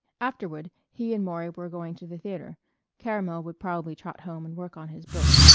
afterward he and maury were going to the theatre caramel would probably trot home and work on his book,